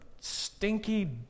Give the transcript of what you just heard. stinky